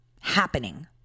happening